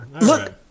look